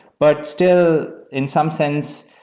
but still in some sense,